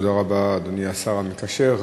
תודה רבה לך, אדוני השר המקשר.